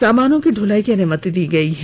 सामानों की दूलाई की अनुमति दी गई है